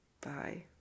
Bye